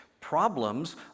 Problems